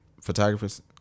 photographers